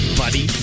buddy